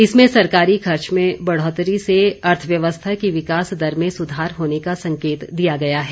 इसमें सरकारी खर्च में बढ़ोतरी से अर्थव्यवस्था की विकास दर में सुधार होने का संकेत दिया गया है